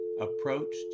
approached